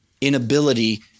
inability